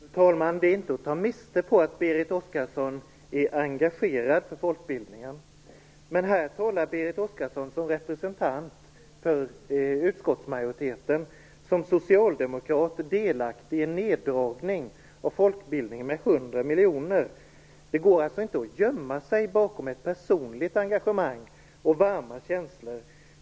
Fru talman! Det är inte att ta miste på att Berit Oscarsson är engagerad för folkbildningen. Men här talar Berit Oscarsson som representant för utskottsmajoriteten, och som socialdemokrat är hon delaktig i en neddragning på folkbildningen med 100 miljoner. Då går det inte att gömma sig bakom ett personligt engagemang och varma känslor.